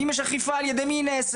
אם יש אכיפה, על ידי מי היא נעשית?